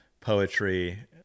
poetry